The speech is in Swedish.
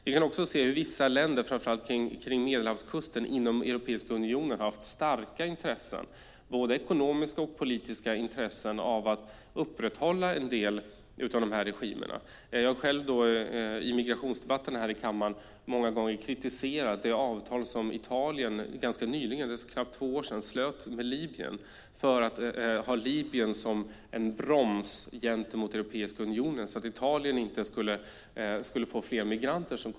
Vi kan också se hur vissa länder inom Europeiska unionen, framför allt kring Medelhavet, har haft starka intressen, både ekonomiska och politiska, av att upprätthålla en del av de här regimerna. I migrationsdebatterna här i kammaren har jag själv många gånger kritiserat det avtal som Italien ganska nyligen - det är knappt två år sedan - slöt med Libyen för att Libyen skulle bromsa migrationen till Europeiska unionen, så att Italien inte skulle få fler migranter.